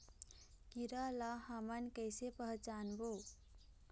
कीरा ला हमन कइसे पहचानबो?